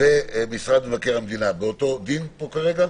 ומשרד מבקר המדינה הם באותו דין כרגע?